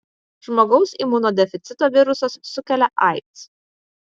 žmogaus imunodeficito virusas sukelia aids